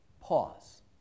pause